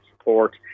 support